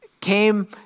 came